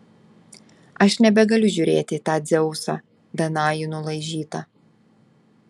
aš nebegaliu žiūrėti į tą dzeusą danajų nulaižytą